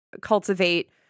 cultivate